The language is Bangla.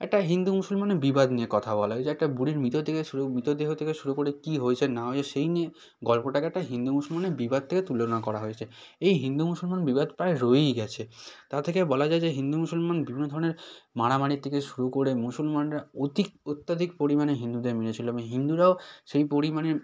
একটা হিন্দু মুসলমানের বিবাদ নিয়ে কথা বলা হয়েছে একটা বুড়ির মৃত থেকে শুরু মৃতদেহ থেকে শুরু করে কী হয়েছে না হয়েছে সেই নিয়ে গল্পটাকে একটা হিন্দু মুসলমানের বিবাদ থেকে তুলনা করা হয়েছে এই হিন্দু মুসলমান বিবাদ প্রায় রয়েই গেছে তা থেকে বলা যায় যে হিন্দু মুসলমান বিভিন্ন ধরনের মারামারির থেকে শুরু করে মুসলমানরা অধিক অত্যধিক পরিমাণে হিন্দুদের মেরেছিল এবং হিন্দুরাও সেই পরিমাণে